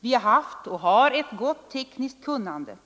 Vi har haft och har ett gott tekniskt kunnande.